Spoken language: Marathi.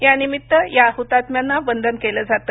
यानिमित्त या हुतात्म्यांना वंदन केलं जातं